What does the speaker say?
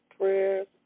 Prayers